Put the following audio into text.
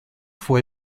fue